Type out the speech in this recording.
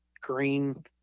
green